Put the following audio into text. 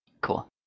Cool